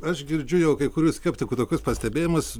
aš girdžiu jau kai kurių skeptikų tokius pastebėjimus